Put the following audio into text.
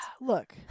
Look